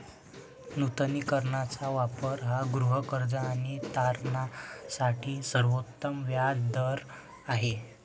नूतनीकरणाचा वापर हा गृहकर्ज आणि तारणासाठी सर्वोत्तम व्याज दर आहे